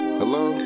hello